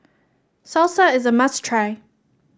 salsa is a must try